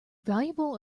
valuable